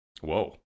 whoa